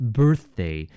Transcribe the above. birthday